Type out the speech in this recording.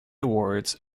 awards